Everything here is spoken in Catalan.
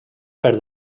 per